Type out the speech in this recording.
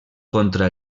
contra